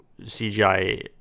CGI